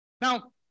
Now